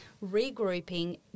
Regrouping